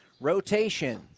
Rotation